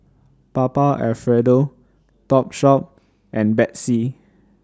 Papa Alfredo Topshop and Betsy